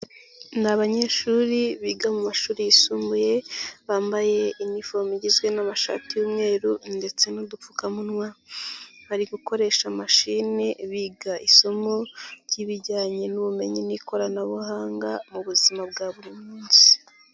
Ni abanyeshuri biga mu mashuri yisumbuye bambaye imifomo igizwe n'amashati y'umweru ndetse n'udupfukamunwa, bari gukoresha mashini biga isomo ry'ibijyanye n'ubumenyi n'ikoranabuhanga mu buzima bwa buri munsi.